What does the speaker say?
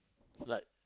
like